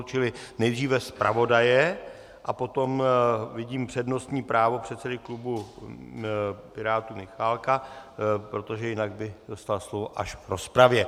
Čili nejdříve zpravodaje a potom vidím přednostní právo předsedy klubu Pirátů Michálka, protože jinak by dostal slovo až v rozpravě.